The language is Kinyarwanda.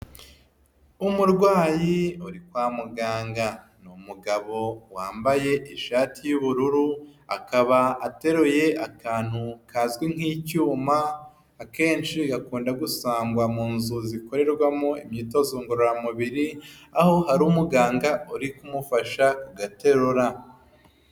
Umurwayi uri kwa muganga ni umugabo wambaye ishati y'ubururu akaba ateruye akantu kazwi nk'icyuma akenshi gakunda gusangwa mu nzu zikorerwamo imyitozo ngororamubiri aho hari umuganga uri kumufasha gaterura.